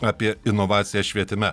apie inovacijas švietime